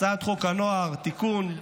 הצעת חוק הנוער (תיקון).